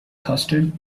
custard